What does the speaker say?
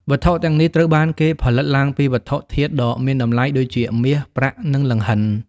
វត្ថុទាំងនេះត្រូវបានគេផលិតឡើងពីវត្ថុធាតុដ៏មានតម្លៃដូចជាមាស ប្រាក់ និងលង្ហិន។